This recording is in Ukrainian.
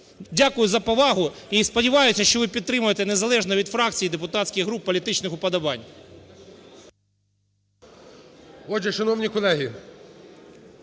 Дякую за повагу. І сподіваюся, що ви підтримаєте незалежно від фракцій і депутатських груп, політичних уподобань.